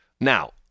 Now